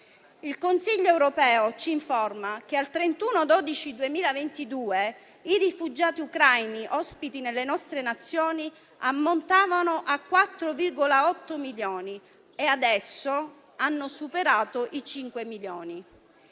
Il Consiglio europeo ci informa che al 31 dicembre 2022 i rifugiati ucraini ospiti nelle nostre Nazioni ammontavano a 4,8 milioni e adesso hanno superato i 5 milioni.